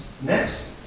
next